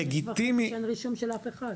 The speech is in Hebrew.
לגיטימי --- אין רישום של אף אחד.